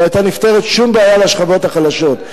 לא היתה נפתרת שום בעיה לשכבות החלשות.